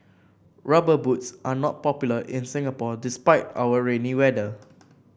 rubber boots are not popular in Singapore despite our rainy weather